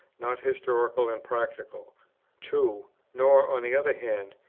not historical and practical two. nor, on the other hand,